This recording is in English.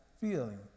feeling